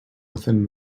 within